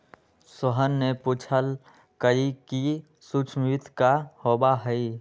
सोहन ने पूछल कई कि सूक्ष्म वित्त का होबा हई?